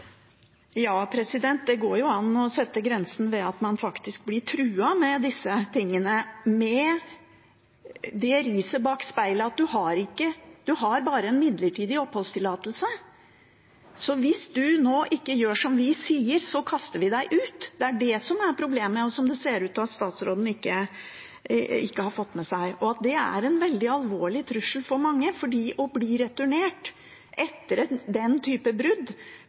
Det går jo an å sette grensen ved at man faktisk blir truet med disse tingene, med det riset bak speilet at man bare har en midlertidig oppholdstillatelse: Hvis du ikke gjør som vi sier, kaster vi deg ut. Det er det som er problemet, og som det ser ut til at statsråden ikke har fått med seg. Det er en veldig alvorlig trussel for mange, for å bli returnert etter den typen brudd